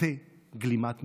עוטה גלימת משפט.